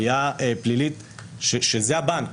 עלייה פלילית שזה הבנק.